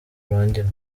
urangira